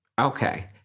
Okay